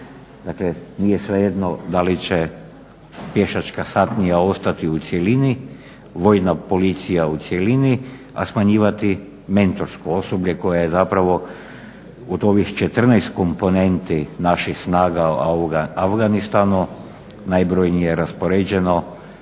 Dakle, nije svejedno da li će pješačka satnija ostati u cjelini, vojna policija u cjelini, a smanjivati mentorsko osoblje koje je zapravo od ovih 14 komponenti naših snaga u Afganistanu najbrojnije raspoređeno